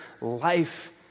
life